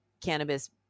cannabis